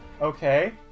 Okay